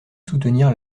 soutenir